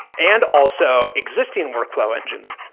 and also existing workflow engines.